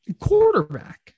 quarterback